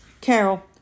Carol